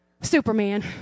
Superman